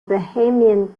bahamian